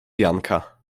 janka